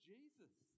Jesus